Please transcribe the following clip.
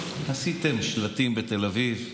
עשיתם שלטים בתל אביב.